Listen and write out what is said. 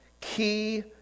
key